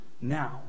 now